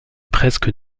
presque